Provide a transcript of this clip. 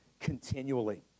continually